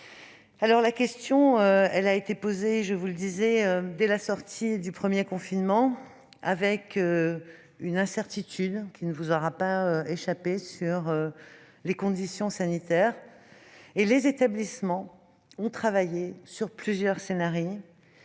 la question a été posée dès la sortie du premier confinement, avec une incertitude, qui ne vous aura pas échappé, sur les conditions sanitaires. Les établissements ont travaillé sur plusieurs scénarios.